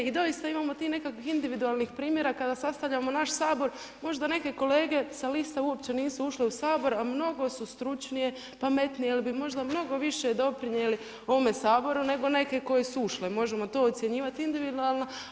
I doista imamo tih nekakvih individualnih primjera kada sastavljamo naš Sabor, možda neke kolege sa liste uopće nisu ušle u Sabor a mnogo su stručnije, pametnije jer bi možda mnogo više doprinijeli ovome Saboru nego neke koje su ušle, možemo to ocjenjivati individualno.